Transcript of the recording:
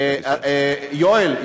יואל,